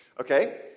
okay